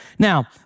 Now